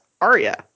Arya